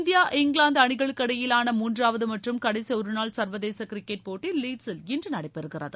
India England அணிகளுக்கிடையிலான மூன்றாவது மற்றும் கடைசி ஒருநாள் சர்வதேச கிரிக்கெட் போட்டி லீட்ஸில் இன்று நடைபெறுகிறது